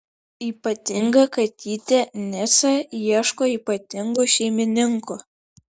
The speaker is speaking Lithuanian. ypatinga katytė nica ieško ypatingų šeimininkų